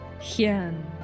Hien